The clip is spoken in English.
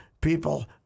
people